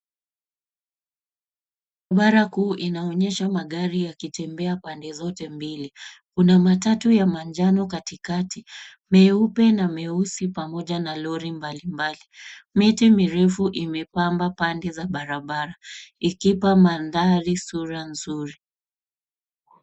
Barabara kuu inaoneysha magari yakitembea pande zote mbili. Kuna matatu ya manjano katikati, meupe, na meusi, pamoja na lori mbali mbali. Miti mirefu imepamba pande za barabara, ikipa mandhari sura nzuri.